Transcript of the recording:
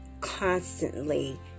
constantly